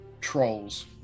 trolls